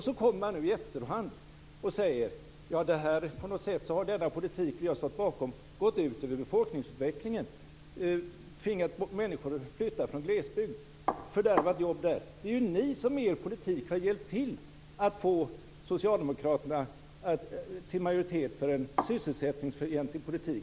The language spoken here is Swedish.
Så kommer man i efterhand och säger att denna politik har gått ut över befolkningsutvecklingen, fördärvat jobb i glesbygden och tvingat människor att flytta därifrån. Det är ni med er politik som har hjälpt till att ge Socialdemokraterna en majoritet för en sysselsättningsfientlig politik.